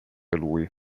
lui